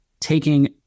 taking